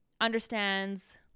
understands